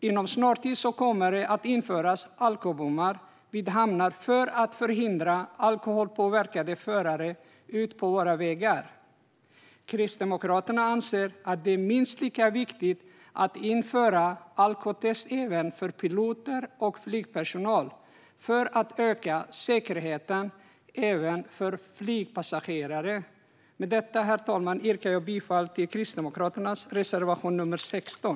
Inom en snar tid kommer alkobommar att införas vid hamnar för att förhindra att alkoholpåverkade förare kommer ut på våra vägar. Kristdemokraterna anser att det är minst lika viktigt att införa alkotest även för piloter och flygpersonal för att öka säkerheten för flygpassagerare. Med detta, herr talman, yrkar jag bifall till Kristdemokraternas reservation 16.